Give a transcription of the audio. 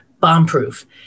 bomb-proof